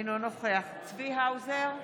אינו נוכח צבי האוזר,